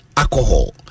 alcohol